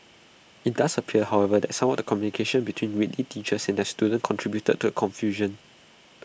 IT does appear however that some of the communication between Whitley teachers and their students contributed to confusion